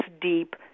deep